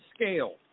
scale